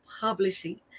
Publishing